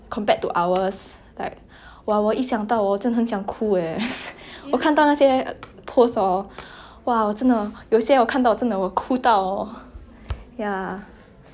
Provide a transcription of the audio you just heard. compared to ours like !wah! 我一想到我真的很想哭我看到那些 post hor !wah! 我真的有些我看到真的我哭到 ya